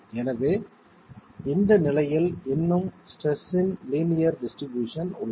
எனவே இந்த நிலையில் இன்னும் ஸ்ட்ரெஸ் இன் லீனியர் டிஸ்ட்ரிபியூஷன் உள்ளது